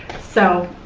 so,